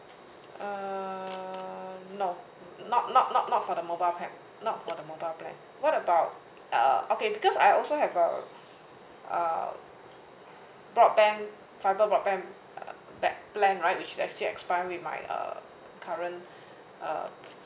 uh no not not not not for the mobile plan not for the mobile plan what about uh okay because I also have a uh broadband fiber broadband pla~ plan right which is actually expiring with my uh current uh